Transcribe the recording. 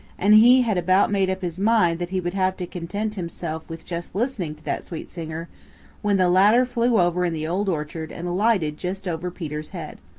and he had about made up his mind that he would have to content himself with just listening to that sweet singer when the latter flew over in the old orchard and alighted just over peter's head.